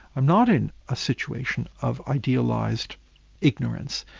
i'm not in a situation of idealised ignorance.